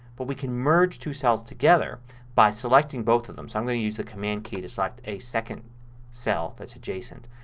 but we can merge two cells together by selecting both of them. so i'm going to use the command key to select a second cell that's adjacent.